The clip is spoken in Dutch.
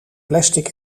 plastic